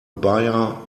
buyer